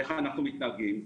איך אנחנו מתנהגים,